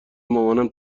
مامانم